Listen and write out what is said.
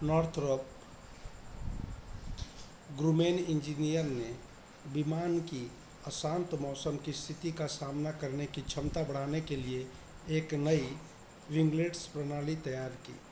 Northrop Grumman engineer ने विमान की अशान्त मौसम की इस्थिति का सामना करने की क्षमता बढ़ाने के लिए एक नई विन्गलेट्स प्रणाली तैयार की